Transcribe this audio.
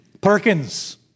Perkins